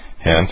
Hence